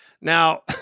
Now